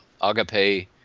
Agape